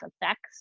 effects